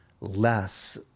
less